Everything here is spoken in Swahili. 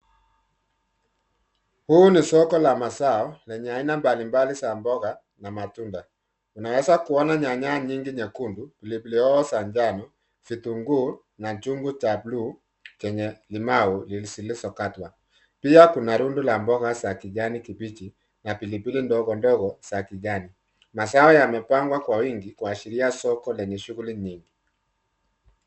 Huu ni soko la mazao lenye aina mbalimbali za mboga na matunda. Unaweza kuona nyanya nyingi nyekundu, pilipili hoho za njano, vitunguu na chungu cha bluu chenye limau zilizokatwa. Pia kuna rundo la mboga za kijani kibichi na pilipili ndogo ndogo za kijani. Mazao yamepangwa kwa wingi kuashiria soko lenye shughuli nyingi.